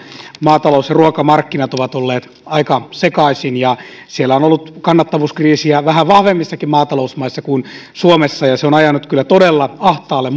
maatalous ja ruokamarkkinat ovat olleet aika sekaisin ja siellä on ollut kannattavuuskriisiä vähän vahvemmissakin maatalousmaissa kuin suomessa ja se on ajanut kyllä todella ahtaalle